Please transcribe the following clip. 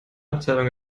abteilung